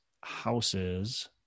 houses